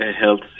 health